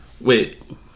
wait